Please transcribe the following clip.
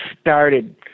started